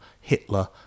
Hitler